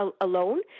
alone